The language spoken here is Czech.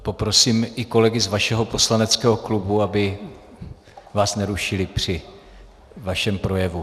Poprosím i kolegy z vašeho poslaneckého klubu, aby vás nerušili při vašem projevu.